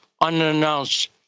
unannounced